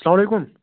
اَسلام علیکُم